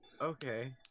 Okay